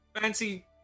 fancy